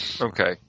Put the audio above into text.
Okay